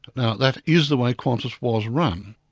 now that is the way qantas was run.